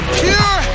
pure